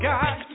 God